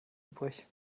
übrig